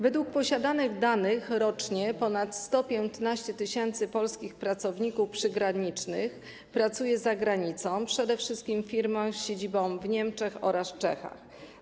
Według posiadanych danych rocznie ponad 115 tys. polskich pracowników przygranicznych pracuje za granicą, przede wszystkim w firmach z siedzibą w Niemczech oraz Czechach.